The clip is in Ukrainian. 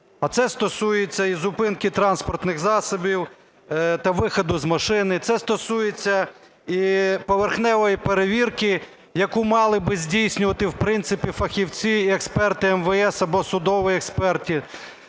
А це стосується і зупинки транспортних засобів та виходу із машини, це стосується і поверхневої перевірки, яку мали би здійснювати, в принципі, фахівці і експерти МВС або судові експерти.